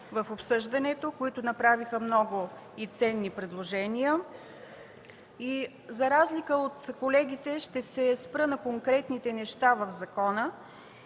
в обсъждането, които направиха много и ценни предложения. За разлика от колегите, ще се спра на конкретните неща в закона,